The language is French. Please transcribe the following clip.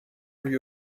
lui